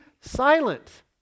silent